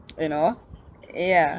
you know ya